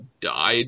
died